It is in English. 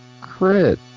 crit